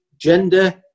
gender